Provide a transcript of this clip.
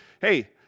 hey